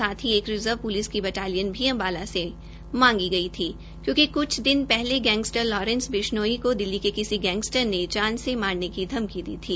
साथ ही एक रिजर्व प्लिस की बटालियन भी अम्बाला से भी मांगी गयी थी क्योंकि कुछ दिन पहले गैंगस्टर लॉरेंस बिश्नोई को दिल्ली के किसी गैंगस्टर ने जान से मारने की धमकी दी थी